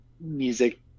music